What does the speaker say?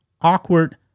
awkward